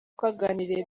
twaganiriye